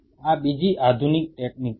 આ બીજી આધુનિક ટેકનિક છે